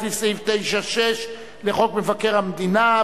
לפי סעיף 9(6) לחוק מבקר המדינה,